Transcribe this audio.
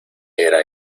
era